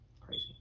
Crazy